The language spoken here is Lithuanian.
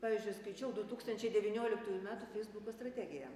pavyzdžiui skaičiau du tūkstančiai devynioliktųjų metų feisbuko strategiją